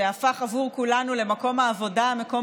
שהפך עבור כולנו למקום העבודה או מקום